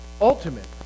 Ultimate